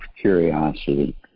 curiosity